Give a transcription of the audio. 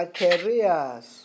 careers